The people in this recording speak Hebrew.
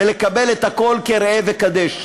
ולקבל את הכול כראה וקדש.